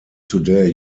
today